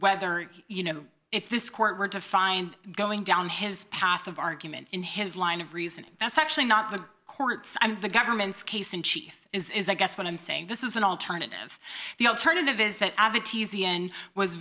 whether you know if this court were to find going down his path of argument in his line of reasoning that's actually not the courts and the government's case in chief is i guess what i'm saying this is an alternative the alternative is that